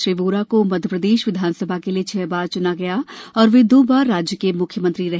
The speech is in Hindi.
श्री वोरा को मध्य प्रदेश विधानसभा के लिए छह बार चना गया और वे दो बार राज्य के मुख्यमंत्री रहे